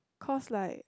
cause like